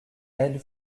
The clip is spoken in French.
elle